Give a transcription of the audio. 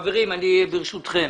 ברשותכם,